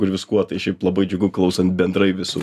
ir viskuo tai šaip labai džiugu klausant bendrai visų